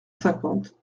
cinquante